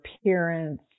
appearance